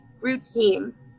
routines